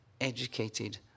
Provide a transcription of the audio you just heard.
educated